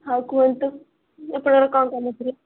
ହଁ କୁହନ୍ତୁ ଆପଣଙ୍କର କ'ଣ କାମ ଥିଲା